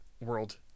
world